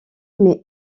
mais